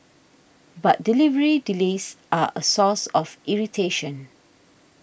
but delivery delays are a source of irritation